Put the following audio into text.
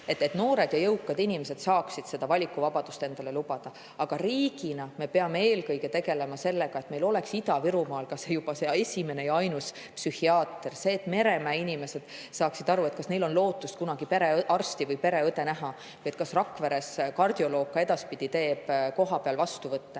noored ja jõukad inimesed saaksid seda valikuvabadust endale lubada. Aga riigina me peame tegelema eelkõige sellega, et meil oleks Ida-Virumaal kas või see üks ja ainus psühhiaater, sellega, et ka Meremäe inimesed saaksid aru, kas neil on lootust kunagi perearsti või pereõde näha, sellega, et Rakveres kardioloog ka edaspidi kohapeal vastu võtaks.